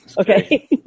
Okay